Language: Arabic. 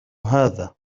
هذا